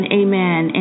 amen